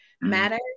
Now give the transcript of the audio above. matter